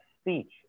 speech